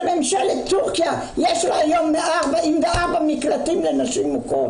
שממשלת תורכיה יש לה היום 144 מקלטים לנשים מוכות?